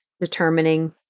determining